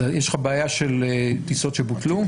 יש לך בעיה של טיסות שבוטלו?